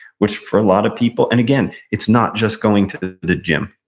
which for a lot of people, and again, it's not just going to the gym.